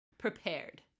Prepared